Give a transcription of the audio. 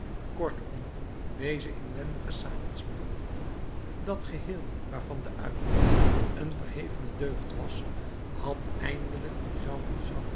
kortom deze inwendige samensmelting dat geheel waarvan de uitkomst een verhevene deugd was had eindelijk van jean